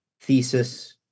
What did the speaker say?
thesis